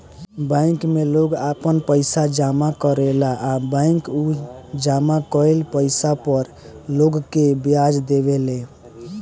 bank में लोग आपन पइसा जामा करेला आ बैंक उ जामा कईल पइसा पर लोग के ब्याज देवे ले